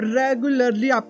regularly